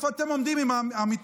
איפה אתם עומדים עם האמיתות?